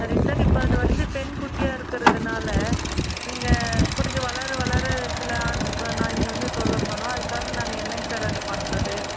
சரிங்க சார் இப்போ அது வந்து பெண் குட்டியாக இருக்கிறதுனால இங்கே கொஞ்சம் வளர வளர சில ஆண் நாய்ங்க வந்து தொல்லை பண்ணும் அதுக்காக நாங்கள் என்னங்க சார் அதை பண்ணுறது